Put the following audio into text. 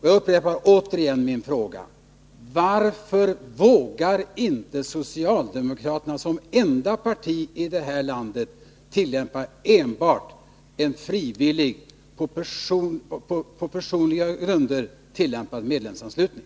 Jag upprepar återigen min fråga: Varför vågar inte socialdemokraterna — som enda parti i det här landet — tillämpa enbart en frivillig, på personliga grunder byggd medlemsanslutning?